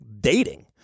dating